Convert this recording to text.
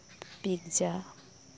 pizza